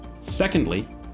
secondly